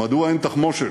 מדוע אין תחמושת?